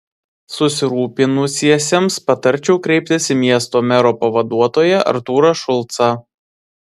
susirūpinusiesiems patarčiau kreiptis į miesto mero pavaduotoją artūrą šulcą